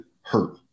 hurt